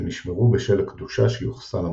שנשמרו בשל הקדושה שיוחסה למקום.